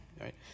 right